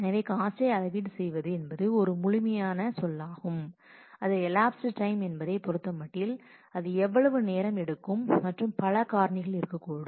எனவே காஸ்ட்டை அளவீடு செய்வது என்பது ஒரு முழுமையான சொல்லாகும் அது எலாப்ஸ்டு டைம் என்பதை பொருத்தமட்டில் அது எவ்வளவு நேரம் எடுக்கும் மற்றும் பல காரணிகள் இருக்கக்கூடும்